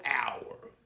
Hour